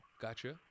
Gotcha